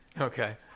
Okay